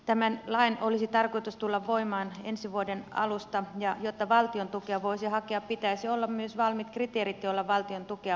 tämän lain olisi tarkoitus tulla voimaan ensi vuoden alusta ja jotta valtiontukea voisi hakea pitäisi olla myös valmiit kriteerit joilla valtiontukea voisi hakea